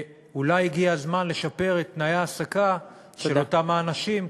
אולי הגיע הזמן לשפר את תנאי ההעסקה של אותם האנשים,